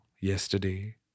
yesterday